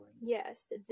Yes